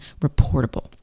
reportable